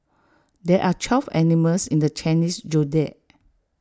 there are twelve animals in the Chinese Zodiac